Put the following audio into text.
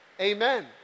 Amen